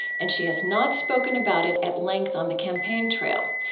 and she has not spoken about it at length on the campaign trail.